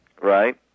Right